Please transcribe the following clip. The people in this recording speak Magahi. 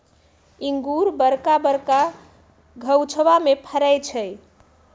इंगूर बरका बरका घउछामें फ़रै छइ